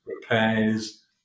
repairs